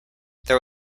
there